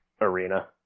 arena